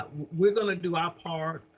um we're gonna do our part.